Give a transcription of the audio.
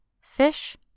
Fish